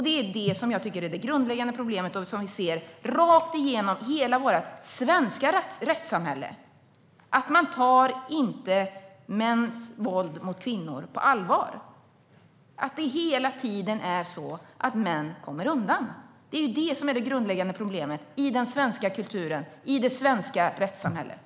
Det är det som jag tycker är det grundläggande problemet vi ser rakt igenom hela vårt svenska rättssamhälle: att man inte tar mäns våld mot kvinnor på allvar och att männen hela tiden kommer undan. Det är det som är det grundläggande problemet i den svenska kulturen och i det svenska rättssamhället.